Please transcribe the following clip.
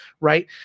right